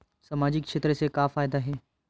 सामजिक क्षेत्र से का फ़ायदा हे?